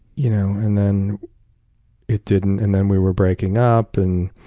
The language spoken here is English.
you know and then it didn't. and then we were breaking up. and